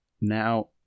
Now